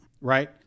Right